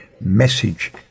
message